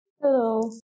Hello